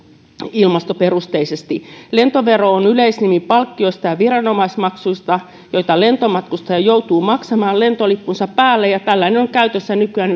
ilmastoperusteisesti lentovero on yleisnimi palkkioista ja viranomaismaksuista joita lentomatkustaja joutuu maksamaan lentolippunsa päälle ja tällainen on käytössä nykyään